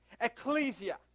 ecclesia